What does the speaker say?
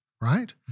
Right